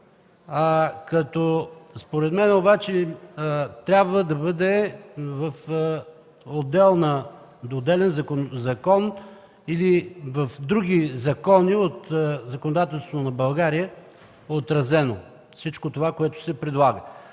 Според мен обаче трябва да бъде в отделен закон или отразено в други закони от законодателството на България – всичко това, което се предлага.